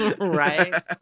Right